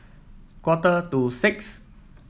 quarter to six